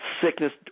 sickness